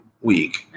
week